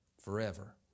forever